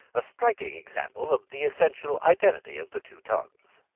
a striking example of the essential identity of the two tongues.